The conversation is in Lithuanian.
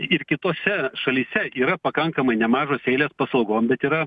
ir kitose šalyse yra pakankamai nemažos eilės paslaugom bet yra